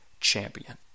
champion